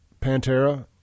Pantera